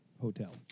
hotel